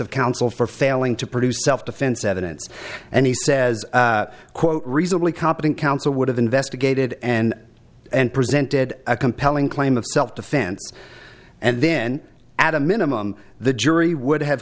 of counsel for failing to produce self defense evidence and he says quote reasonably competent counsel would have investigated and presented a compelling claim of self defense and then add a minimum the jury would have